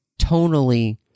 tonally